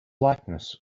likeness